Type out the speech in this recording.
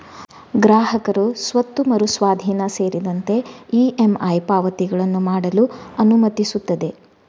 ಗ್ರಾಹಕರು ಸ್ವತ್ತು ಮರು ಸ್ವಾಧೀನ ಸೇರಿದಂತೆ ಇ.ಎಮ್.ಐ ಪಾವತಿಗಳನ್ನು ಮಾಡಲು ಅನುಮತಿಸುತ್ತದೆ